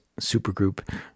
supergroup